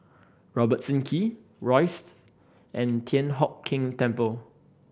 Robertson Quay Rosyth and Thian Hock Keng Temple